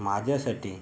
माझ्यासाठी